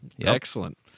Excellent